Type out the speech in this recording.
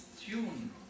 tune